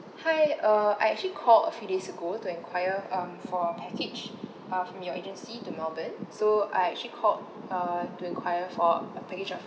hi uh I actually called a few days ago to inquire um for a package uh from your agency to melbourne so I actually called uh to inquire for a package